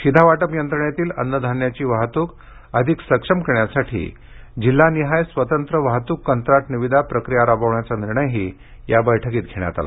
शिधावाटप यंत्रणेतील अन्नधान्याची वाहतूक अधिक सक्षम करण्यासाठी जिल्हानिहाय स्वतंत्र वाहतूक कंत्राट निविदा प्रक्रिया राबविण्याचा निर्णयही या बैठकीत घेण्यात आला